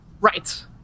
Right